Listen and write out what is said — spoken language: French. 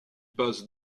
passe